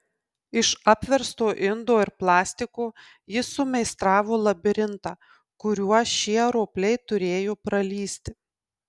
iš apversto indo ir plastiko jis sumeistravo labirintą kuriuo šie ropliai turėjo pralįsti